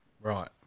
Right